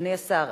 אדוני השר,